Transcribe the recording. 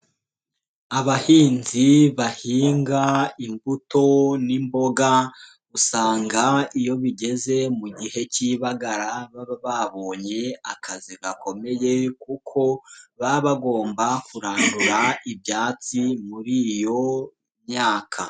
Abahinzi bahinga imbuto n'imboga usanga iyo bigeze mu gihe k'ibagara baba babonye akazi gakomeye kuko baba bagomba kurandura ibyatsi muri iyo myaka.